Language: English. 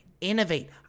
Innovate